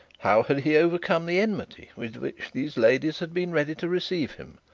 how had he overcome the enmity with which those ladies had been ready to receive him,